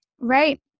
Right